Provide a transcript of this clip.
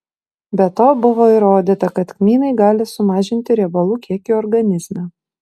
be to buvo įrodyta kad kmynai gali sumažinti riebalų kiekį organizme